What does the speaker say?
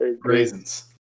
raisins